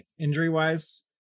injury-wise